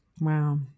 Wow